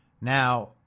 Now